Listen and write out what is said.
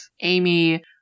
Amy